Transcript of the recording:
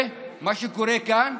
ומה שקורה כאן,